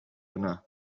yna